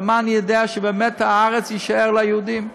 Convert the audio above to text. במה אני יודע שבאמת הארץ תישאר ליהודים?